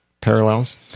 parallels